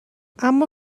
اما